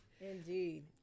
Indeed